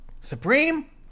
Supreme